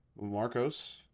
marcos